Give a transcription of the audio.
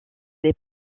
les